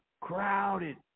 crowded